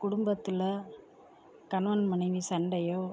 குடும்பத்தில் கணவன் மனைவி சண்டையோ